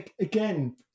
again